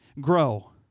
grow